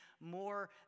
more